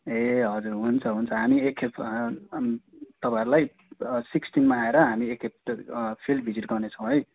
ए हजुर हुन्छ हुन्छ हामी एकखेप तपाईँहरूलाई सिक्सटिनमा आएर हामी एकखेप फिल्ड भिजिट गर्ने छौँ है